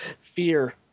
fear